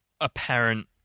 apparent